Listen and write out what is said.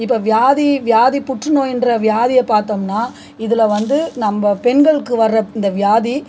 இப்போ வியாதி வியாதி புற்றுநோயின்ற வியாதிய பார்த்தோம்னா இதில் வந்து நம்ம பெண்களுக்கு வர்ற இந்த வியாதி